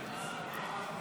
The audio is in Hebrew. לא נתקבלה.